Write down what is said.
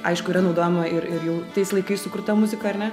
aišku yra naudojama ir ir jau tais laikais sukurta muzika ar ne